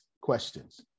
questions